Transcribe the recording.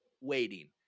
waiting